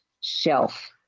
shelf